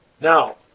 Now